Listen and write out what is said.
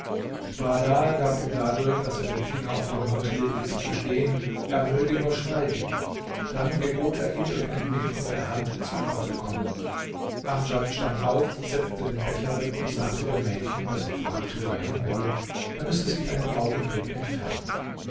bahdar gab ihm dadurch daß er den finger auf den mund legte zu verstehen er möge nur schweigen dann gebot er ihm durch einen wink mit der hand zu ihm zu kommen amdjad stand auf setzte den becher weg und sagte dem mädchen das ihn fragte wo er hin wolle er müsse sich einen augenblick entfernen